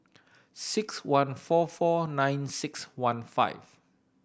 six one four four nine six one five